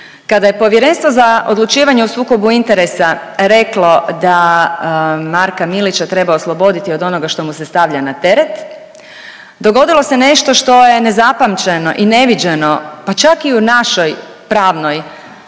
Kada je Povjerenstvo za odlučivanje o sukobu interesa reklo da Marka Milića treba osloboditi od onoga što mu se stavlja na teret, dogodilo se nešto što je nezapamćeno i neviđeno pa čak i u našoj pravnoj